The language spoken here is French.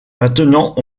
maintenant